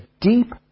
deep